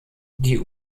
die